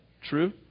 True